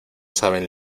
saben